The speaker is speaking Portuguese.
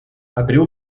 abril